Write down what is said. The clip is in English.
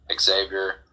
Xavier